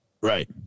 Right